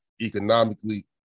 economically